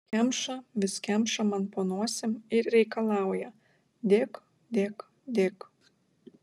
kemša vis kemša man po nosim ir reikalauja dėk dėk dėk